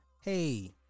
hey